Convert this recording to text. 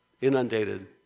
inundated